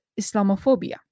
Islamophobia